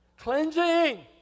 cleansing